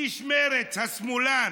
איש מרצ, השמאלן,